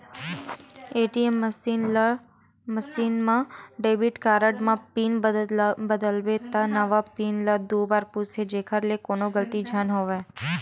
ATM machine म debit card म PIN बदलबे त नवा पिन ल दू बार पूछथे जेखर ले कोनो गलती झन होवय